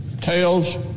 Tails